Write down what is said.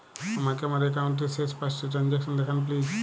আমাকে আমার একাউন্টের শেষ পাঁচটি ট্রানজ্যাকসন দেখান প্লিজ